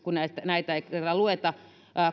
kun lainsäätämisjärjestyksessä näitä ei kerran lueta